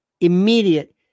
immediate